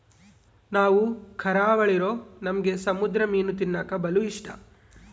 ನಾವು ಕರಾವಳಿರೂ ನಮ್ಗೆ ಸಮುದ್ರ ಮೀನು ತಿನ್ನಕ ಬಲು ಇಷ್ಟ